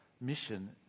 mission